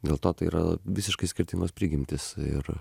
dėl to tai yra visiškai skirtingos prigimtys ir